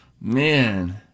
Man